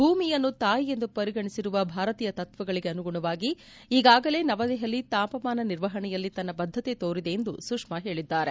ಭೂಮಿಯನ್ನು ತಾಯಿಯೆಂದು ಪರಿಗಣಿಸಿರುವ ಭಾರತೀಯ ತತ್ವಗಳಿಗೆ ಅನುಗುಣವಾಗಿ ಈಗಾಗಲೇ ನವದೆಹಲಿ ತಾಪಮಾನ ನಿರ್ವಹಣೆಯಲ್ಲಿ ತನ್ನ ಬದ್ಧತೆ ತೋರಿದೆ ಎಂದು ಸುಪ್ಮಾ ಹೇಳಿದ್ದಾರೆ